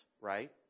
right